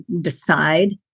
decide